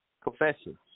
Confession